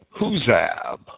Huzab